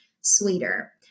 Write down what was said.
sweeter